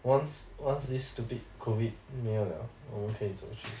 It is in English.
once once this stupid COVID 没有了我们可以出去